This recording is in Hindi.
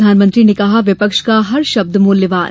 प्रधानमंत्री ने कहा विपक्ष का हर शब्द मूल्यवान